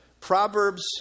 Proverbs